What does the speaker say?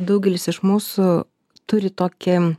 daugelis iš mūsų turi tokį